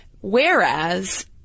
Whereas